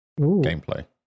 gameplay